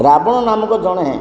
ରାବଣ ନାମକ ଜଣେ